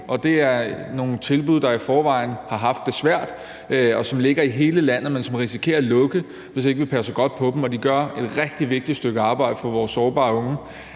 Det er nogle tilbud, der i forvejen har haft det svært, og som ligger i hele landet, men som risikerer at lukke, hvis ikke vi passer godt på dem. De gør et rigtig vigtigt stykke arbejde for vores sårbare unge.